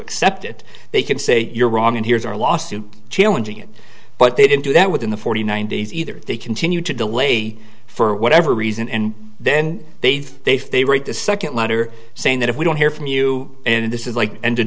accept it they can say you're wrong and here's our lawsuit challenging it but they didn't do that within the forty nine days either they continue to delay for whatever reason and then they think they right this second letter saying that if we don't hear from you and this is like end of